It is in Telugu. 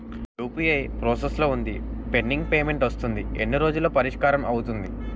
యు.పి.ఐ ప్రాసెస్ లో వుందిపెండింగ్ పే మెంట్ వస్తుంది ఎన్ని రోజుల్లో పరిష్కారం అవుతుంది